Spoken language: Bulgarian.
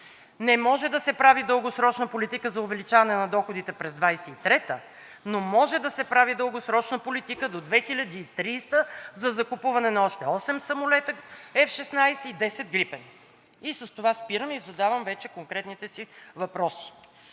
не може да се прави дългосрочна политика за увеличаване на доходите през 2023-а, но може да се прави дългосрочна политика до 2030-а за закупуване на още осем самолета F-16 и 10 „Грипен“-а. С това спирам и задавам вече конкретните си въпроси.